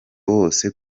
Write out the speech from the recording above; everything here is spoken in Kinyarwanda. wose